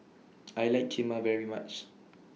I like Kheema very much